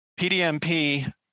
PDMP